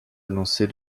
annoncée